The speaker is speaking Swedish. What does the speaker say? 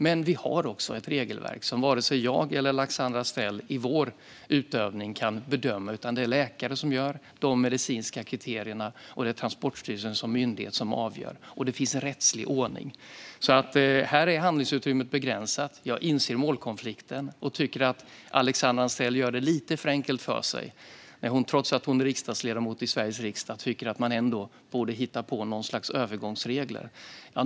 Men vi har också ett regelverk som varken jag eller Alexandra Anstrell i vår utövning kan bedöma, utan det är läkare som utformar de medicinska kriterierna och Transportstyrelsen som myndighet som avgör. Det finns en rättslig ordning. Handlingsutrymmet är alltså begränsat. Jag inser målkonflikten och tycker att Alexandra Anstrell gör det lite för enkelt för sig när hon, trots att hon är ledamot i Sveriges riksdag, tycker att man borde hitta på något slags övergångsregler.